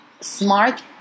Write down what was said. smart